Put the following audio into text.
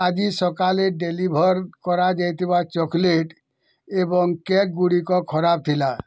ଆଜି ସକାଲେ ଡେଲିଭର୍ କରାଯାଇଥିବା ଚକୋଲେଟ୍ ଏବଂ କେକ୍ଗୁଡ଼ିକ ଖରାପ ଥିଲା